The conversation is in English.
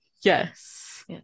Yes